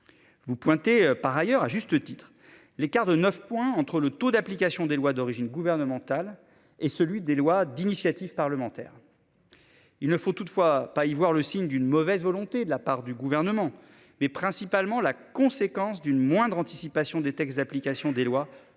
Vous pointez par ailleurs à juste titre l'écart de 9 entre le taux d'application des lois d'origine gouvernementale et celui des lois d'initiative parlementaire. Il ne faut toutefois pas y voir le signe d'une mauvaise volonté de la part du gouvernement mais principalement la conséquence d'une moindre anticipation des textes d'application des lois